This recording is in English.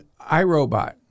iRobot